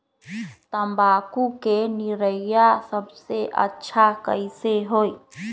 तम्बाकू के निरैया सबसे अच्छा कई से होई?